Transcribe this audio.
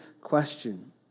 question